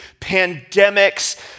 pandemics